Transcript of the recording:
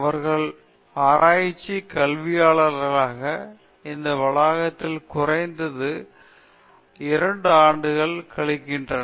அவர்கள் ஆராய்ச்சிக் கல்வியாளர்களாக இந்த வளாகத்தில் குறைந்தது 2 ஆண்டுகள் கழித்திருக்கின்றன